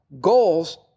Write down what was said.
goals